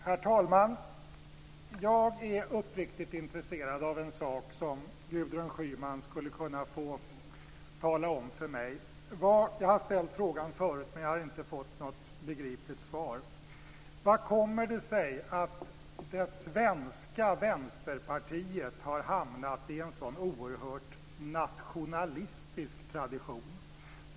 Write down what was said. Herr talman! Jag är uppriktigt intresserad av en sak som Gudrun Schyman skulle kunna få tala om för mig. Jag har ställt frågan förut, men jag har inte fått något begripligt svar. Vad kommer det sig att det svenska Vänsterpartiet har hamnat i en så oerhört nationalistisk tradition?